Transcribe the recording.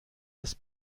است